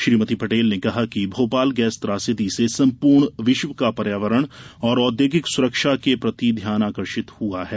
श्रीमति पटेल ने कहा कि भोपाल गैस त्रासदी से संपूर्ण विश्व का पर्यावरण और औद्योगिक सुरक्षा के प्रति ध्यान आकर्षित हुआ है